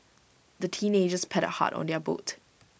the teenagers paddled hard on their boat